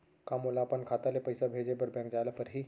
का मोला अपन खाता ले पइसा भेजे बर बैंक जाय ल परही?